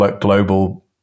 global